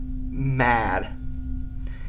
mad